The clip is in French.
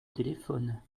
téléphone